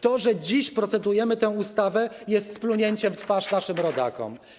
To, że dziś procedujemy nad tą ustawą, jest splunięciem w twarz naszym rodakom.